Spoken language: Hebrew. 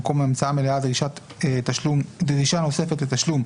במקום "בהמצאה מלאה דרישה נוספת לתשלום,